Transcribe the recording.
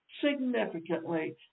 significantly